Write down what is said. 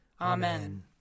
Amen